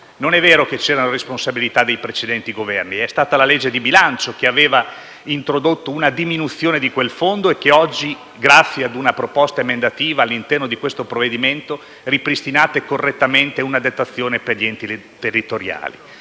Non è vero che c'era una responsabilità dei precedenti Governi: è stata la legge di bilancio ad introdurre una diminuzione di quel fondo; oggi, grazie a una proposta emendativa accolta all'interno di questo provvedimento, ripristinate correttamente una detrazione per gli enti territoriali.